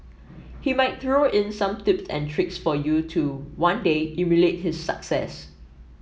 he might throw in some tips and tricks for you to one day emulate his success